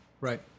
Right